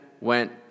went